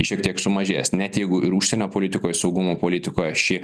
šiek tiek sumažės net jeigu ir užsienio politikoj saugumo politikoje ši